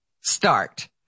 start